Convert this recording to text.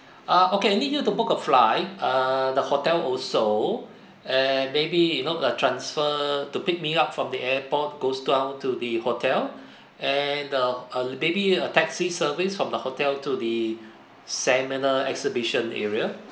ah okay I need you to book a flight err the hotel also eh maybe you look a transfer to pick me up from the airport goes down to the hotel and the uh maybe a taxi service from the hotel to the seminar exhibition area